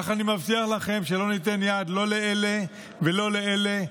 אך אני מבטיח לכם שלא ניתן יד לא לאלה ולא לאלה,